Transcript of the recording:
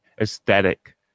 aesthetic